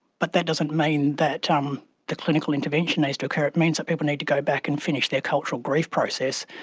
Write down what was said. but that doesn't mean that ah um the clinical intervention needs to occur, it means that people need to go back and finish their cultural grief process.